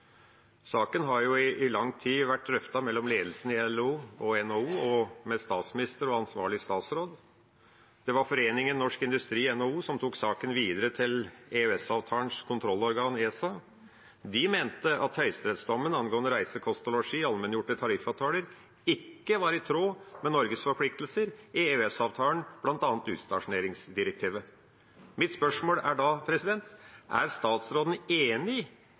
Saken har i lang tid vært drøftet mellom ledelsen i LO, NHO og statsministeren og ansvarlig statsråd. Det var foreningen Norsk Industri, NHO, som tok saken videre til EØS-avtalens kontrollorgan ESA. De mente at høyesterettsdommen angående reise, kost og losji, allmenngjorte tariffavtaler, ikke var i tråd med Norges forpliktelser i EØS-avtalen, bl.a. utstasjoneringsdirektivet. Mitt spørsmål er da: Er statsråden enig i